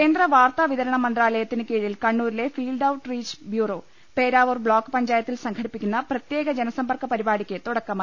കേന്ദ്ര വാർത്താ വിതരണ മന്ത്രാലയത്തിന് കീഴിൽ കണ്ണൂ രിലെ field outreach bureau Peravoor block പഞ്ചായ ത്തിൽ സംഘടിപ്പിക്കുന്ന പ്രത്യേക ജനസമ്പർക്ക പരിപാടിക്ക് തുടക്കമായി